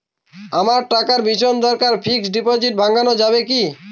আমার টাকার ভীষণ দরকার ফিক্সট ডিপোজিট ভাঙ্গানো যাবে কি?